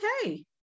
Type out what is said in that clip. okay